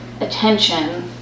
attention